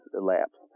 elapsed